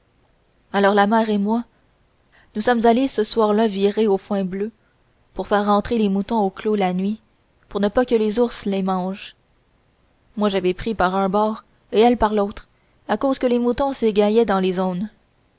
alors la mère et moi nous sommes allés ce soir-là virer au foin bleu pour faire rentrer les moutons au clos la nuit pour pas que les ours les mangent moi j'avais pris par un bord et elle par l'autre à cause que les moutons s'égaillaient dans les aunes